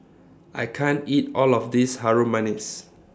I can't eat All of This Harum Manis